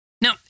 Now